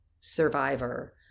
survivor